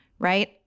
right